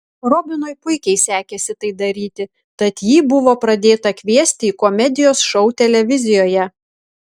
robinui puikiai sekėsi tai daryti tad jį buvo pradėta kviesti į komedijos šou televizijoje